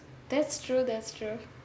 that's true that's true